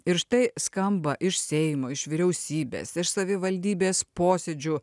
ir štai skamba iš seimo iš vyriausybės iš savivaldybės posėdžių